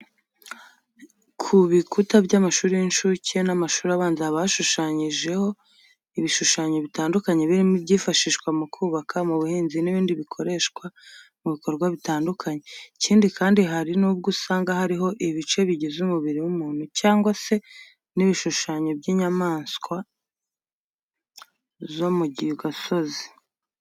Ku bikuta by'amashuri y'incuke n'amashuri abanza haba hashushanyijeho ibishushanyo bitandukanye birimo ibyifashishwa mu kubaka, mu buhinzi n'ibindi bikoreshwa mu bikorwa bitandukanye. Ikindi kandi, hari nubwo usanga hariho ibice bigize umubiri w'umuntu cyangwa se n'ibishushanyo by'inyamaswa zo mu gasozi.